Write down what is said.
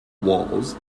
walls